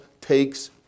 takes